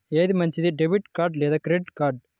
ఏది మంచిది, debit card లేదా క్రెడిట్ కార్డ్?